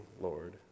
Lord